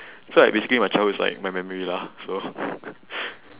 so like basically my childhood is like my memory lah so